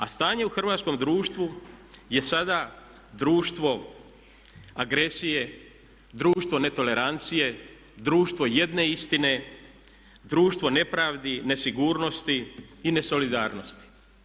A stanje u hrvatskom društvu je sada društvo agresije, društvo netolerancije, društvo jedne istine, društvo nepravdi, nesigurnosti i nesolidarnosti.